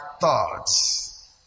Thoughts